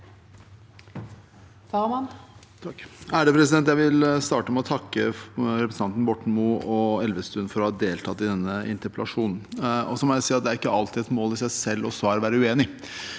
Jeg vil starte med å takke representantene Borten Moe og Elvestuen for å ha deltatt i denne interpellasjonen. Det er ikke alltid et mål i seg selv